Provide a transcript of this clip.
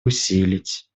усилить